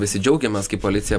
visi džiaugiamės kai policija